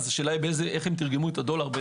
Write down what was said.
אז השאלה באיזה מחיר הם תרגמו את הדולר.